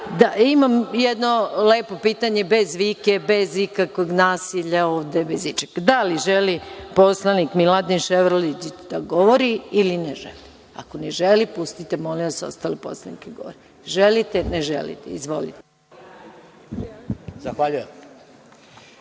jedno lepo pitanje, bez vike, bez ikakvog nasilja ovde, bez ičega. Da li želi poslanik Miladin Ševarlić da govori ili ne želi? Ako ne želi, pustite, molim vas, ostale poslanike da govore. Želite ili ne želite? Izvolite. **Miladin